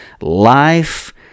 Life